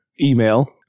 email